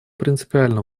принципиально